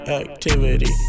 activity